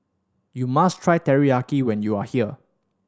you must try Teriyaki when you are here